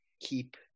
keep